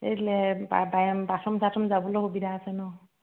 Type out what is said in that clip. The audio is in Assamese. এই লে বাথৰুম চাথৰুম যাবলৈ সুবিধা আছে ন